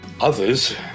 Others